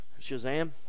Shazam